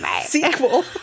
Sequel